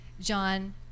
John